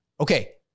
Okay